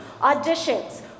Auditions